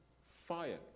Fire